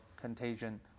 contagion